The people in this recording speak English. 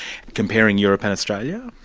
comparing europe and australia?